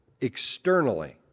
externally